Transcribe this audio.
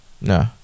no